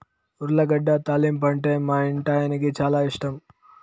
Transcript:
ఉర్లగడ్డ తాలింపంటే మా ఇంటాయనకి చాలా ఇష్టం